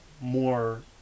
more